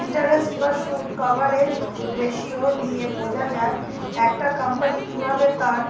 interest বা সুদ coverage ratio দিয়ে বোঝা যায় একটা কোম্পানি কিভাবে তার